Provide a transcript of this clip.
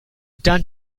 done